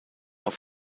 auf